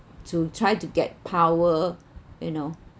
to try to get power you know